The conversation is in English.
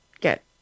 get